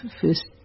first